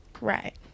Right